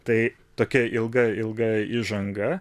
tai tokia ilga ilga įžanga